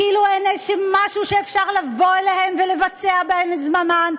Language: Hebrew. כאילו הן משהו שאפשר לבוא אליהן ולבצע בהן את זממם.